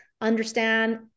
understand